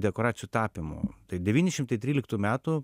dekoracijų tapymo tai devyni šimtai tryliktų metų